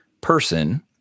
person